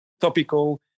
topical